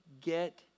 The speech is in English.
get